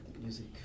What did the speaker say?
music